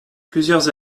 plusieurs